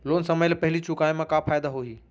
Loan समय ले पहिली चुकाए मा का फायदा होही?